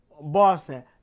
Boston